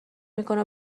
میکنه